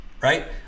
right